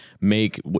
make